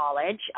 college